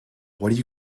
what